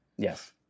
Yes